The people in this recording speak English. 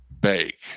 bake